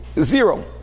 Zero